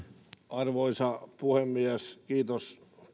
arvoisa puhemies kiitos